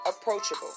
approachable